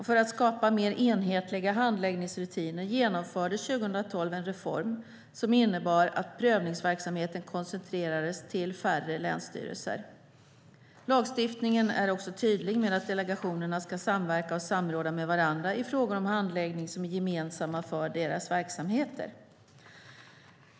För att skapa mer enhetliga handläggningsrutiner genomfördes 2012 en reform som innebar att prövningsverksamheten koncentrerades till färre länsstyrelser. Lagstiftningen är också tydlig med att delegationerna ska samverka och samråda med varandra i frågor om handläggning som är gemensamma för deras verksamheter.